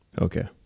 Okay